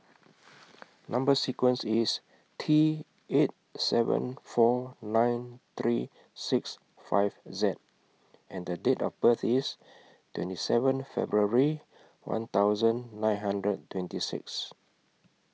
Number sequence IS T eight seven four nine three six five Z and Date of birth IS twenty seven February one thousand nine hundred twenty six